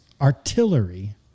artillery